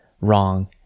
wrong